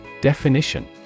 Definition